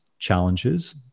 challenges